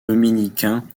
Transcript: dominicain